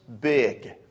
big